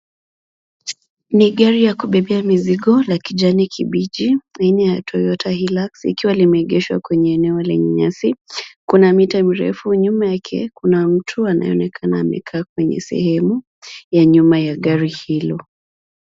Ni gari la kubebea mizigo la kijani kibichi aina ya Toyota Hilux likiwa limeegeshwa kwenye eneo lenye nyasi . Kuna miti mirefu nyuma yake na mtu anayeonekana amkeaa kwenye sehemu ya nyuma ya gari hilo.